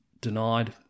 denied